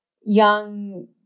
young